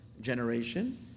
generation